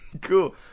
Cool